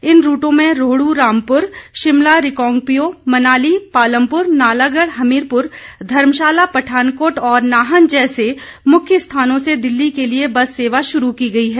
इन रूटों में रोहडू रामपुर शिमला रिकांगपिओ मनाली पालमपुर नालागढ़ हमीरपुर धर्मशाला पठानकोट और नाहन जैसे मुख्य स्थानों से दिल्ली के लिए बस सेवा शुरू की गई है